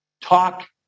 talk